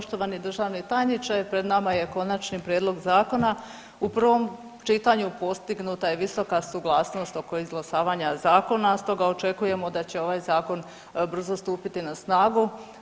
Poštovani državni tajniče pred nama je konačni prijedlog zakona, u prvom čitanju postignuta je visoka suglasnost oko izglasavanja zakona stoga očekujemo da će ovaj zakon brzo stupiti na snagu.